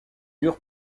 dur